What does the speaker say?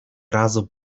razu